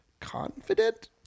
confident